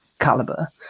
caliber